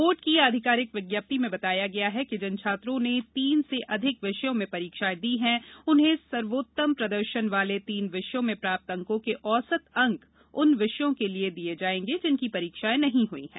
board की आधिकारिक विज्ञप्ति में बताया गया है कि जिन छात्रों ने तीन से अधिक विषयों में परीक्षाएं दी हैं उन्हें सर्वोत्तम प्रदर्शन वाले तीन विषयों में प्राप्त अंकों के औसत अंक उन विषयों के लिए दिए जाएंगे जिनकी परीक्षाएं नहीं हई हैं